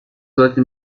sollte